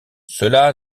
cela